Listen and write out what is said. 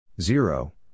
Zero